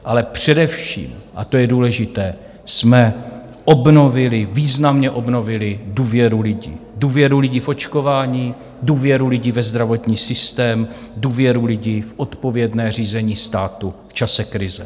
Ale především, a to je důležité, jsme obnovili, významně obnovili důvěru lidí důvěru lidí v očkování, důvěru lidí ve zdravotní systém, důvěru lidí v odpovědné řízení státu v čase krize.